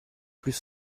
plus